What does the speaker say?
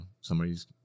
somebody's